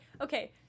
okay